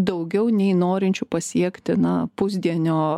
daugiau nei norinčių pasiekti na pusdienio